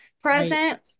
present